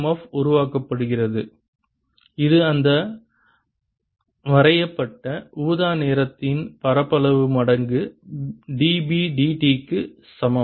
F உருவாக்கப்படுகிறது இது அந்த வரையப்பட்ட ஊதா நிறத்தின் பரப்பளவு மடங்கு dB dt க்கு சமம்